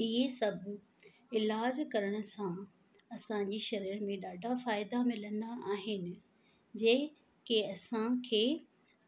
इहे सभु इलाजु करण सां असांजे शरीर में ॾाढा फ़ाइदा मिलंदा आहिनि जेके असांखे